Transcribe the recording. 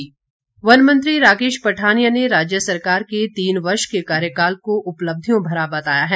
वनमंत्री वन मंत्री राकेश पठानिया ने राज्य सरकार के तीन वर्ष के कार्यकाल को उपलब्धियों भरा बताया है